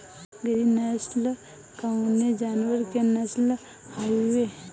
गिरी नश्ल कवने जानवर के नस्ल हयुवे?